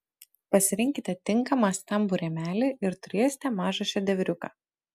pasirinkite tinkamą stambų rėmelį ir turėsite mažą šedevriuką